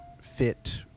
fit